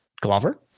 Glover